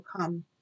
come